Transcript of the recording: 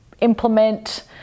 implement